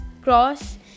cross